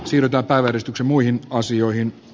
siirtopäiväristuksen muihin asioihin